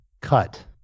cut